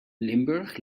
limburg